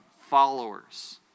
followers